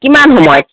কিমান সময়ত